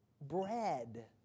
bread